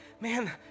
man